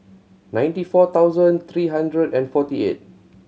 ninety four thousand three hundred and forty eight